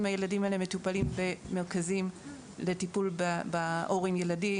הילדים האלה מטופלים במרכזים לטיפול בהורים-ילדים.